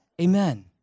Amen